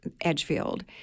Edgefield